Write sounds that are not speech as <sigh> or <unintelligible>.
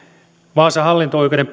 vaasan hallinto oikeuden <unintelligible>